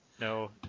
No